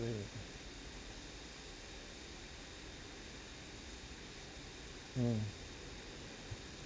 Y mm